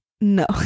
No